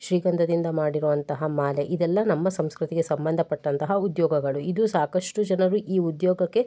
ಶ್ರೀಗಂಧದಿಂದ ಮಾಡಿರುವಂತಹ ಮಾಲೆ ಇದೆಲ್ಲ ನಮ್ಮ ಸಂಸ್ಕೃತಿಗೆ ಸಂಬಂಧಪಟ್ಟಂತಹ ಉದ್ಯೋಗಗಳು ಇದು ಸಾಕಷ್ಟು ಜನರು ಈ ಉದ್ಯೋಗಕ್ಕೆ